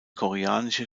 koreanische